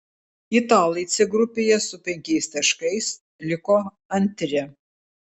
italai c grupėje su penkiais taškais liko antri